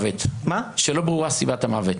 כשלא ברורה סיבת המוות.